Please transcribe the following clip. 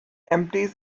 empties